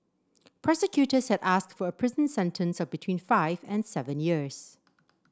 prosecutors had asked for a prison sentence of between five and seven years